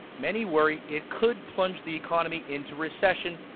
many worry it could plunge the economy into recession,